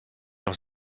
noch